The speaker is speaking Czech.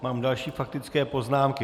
Mám další faktické poznámky.